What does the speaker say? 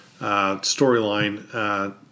storyline